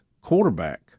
quarterback